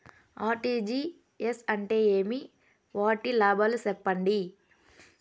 RTGS అంటే ఏమి? వాటి లాభాలు సెప్పండి?